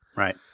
Right